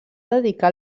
dedicar